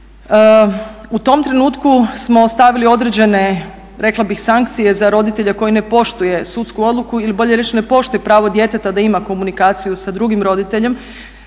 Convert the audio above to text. U tom trenutku smo stavili određene rekla bih sankcije za roditelja koji ne poštuje sudsku odluku ili bolje rečeno ne poštuje pravo djeteta da ima komunikaciju sa drugim roditeljem.